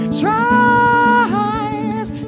tries